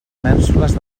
mènsules